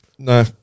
No